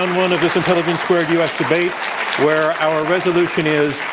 and one of this intelligence squared u. s. debate where our resolution is,